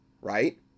right